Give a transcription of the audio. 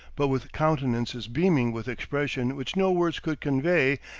but with countenances beaming with expression which no words could convey,